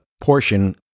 portion